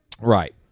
Right